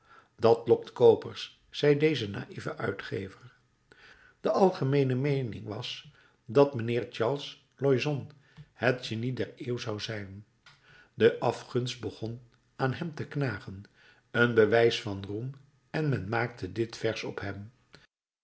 dat lokt de koopers zei deze naïeve uitgever de algemeene meening was dat mijnheer charles loyson het genie der eeuw zou zijn de afgunst begon aan hem te knagen een bewijs van roem en men maakte dit vers op hem